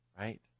right